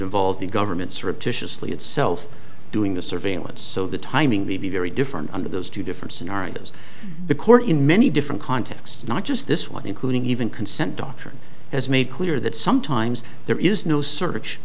involved the governments are officially itself doing the surveillance so the timing may be very different under those two different scenarios the court in many different contexts not just this one including even consent dr has made clear that sometimes there is no search